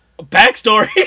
Backstory